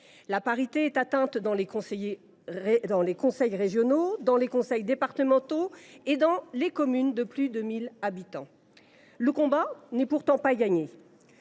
La parité est atteinte dans les conseils régionaux, dans les conseils départementaux et dans les communes de plus de 1 000 habitants. Le combat n’est pourtant pas gagné.